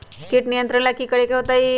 किट नियंत्रण ला कि करे के होतइ?